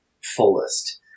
fullest